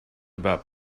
about